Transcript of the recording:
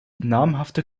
namhafte